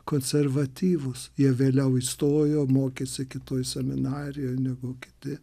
konservatyvūs jie vėliau įstojo mokėsi kitoj seminarijoj negu kiti